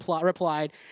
replied